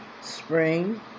spring